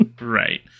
right